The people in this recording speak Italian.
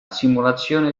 simulazione